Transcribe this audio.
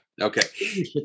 okay